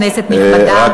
כנסת נכבדה,